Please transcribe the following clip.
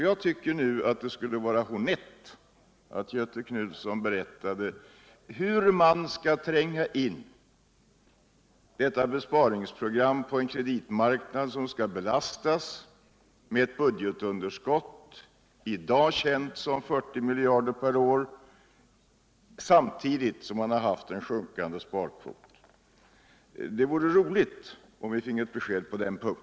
Jag tycker att det skulle vara honnett om Göthe Knutson nu berättar om hur man skall tränga in detta besparingsprogram på en kreditmarknad som skall belastas med ett budgetunderskott i dag känt som 40 miljarder per år samtidigt som man har haft en sjunkande sparkvot. Det vore roligt om vi finge ett besked på den punkten.